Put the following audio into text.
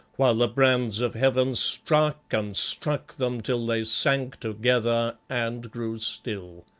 while the brands of heaven struck and struck them till they sank together and grew still.